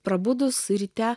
prabudus ryte